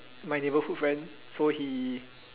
my neighborhood friend so he